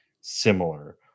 similar